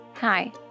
Hi